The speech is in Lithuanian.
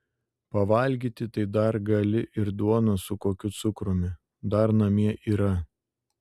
pavalgyti tai dar gali ir duonos su kokiu cukrumi dar namie yra